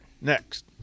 next